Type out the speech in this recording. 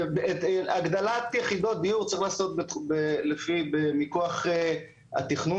הגדלת יחידות דיור צריך לעשות מכוח התכנון,